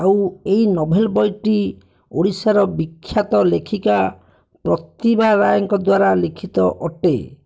ଆଉ ଏହି ନୋଭେଲ ବହିଟି ଓଡ଼ିଶାର ବିଖ୍ୟାତ ଲେଖିକା ପ୍ରତିଭା ରାୟଙ୍କ ଦ୍ୱାରା ଲିଖିତ ଅଟେ